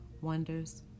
wonders